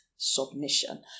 submission